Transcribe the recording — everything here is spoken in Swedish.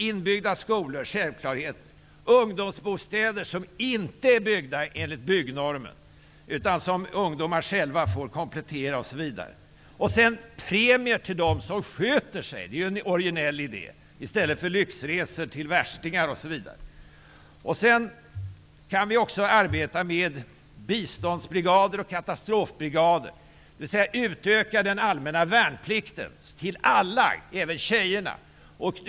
Inbyggda skolor är självklarheter, liksom ungdomsbostäder som inte är byggda enligt byggnormen utan som ungdomar själva får komplettera, osv. Och ge premier till dem som sköter sig -- det är ju en orginell idé! -- i stället för lyxresor till värstingar, osv. Vi kan också arbeta med biståndsbrigader och katastrofbrigader, dvs. utöka den allmänna värnplikten till alla, även tjejerna.